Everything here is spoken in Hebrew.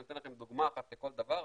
אני נותן לכם דוגמה אחת לכל דבר,